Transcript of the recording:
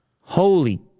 Holy